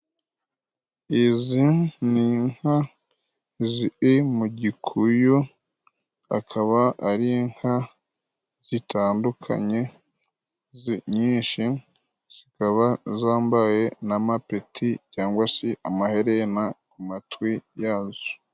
Izi ni inka ziri mu gikuyu akaba ari inka zitandukanye nyinshi, zikaba zambaye n' amapeti cyangwa se amaherena ku matwi yazo.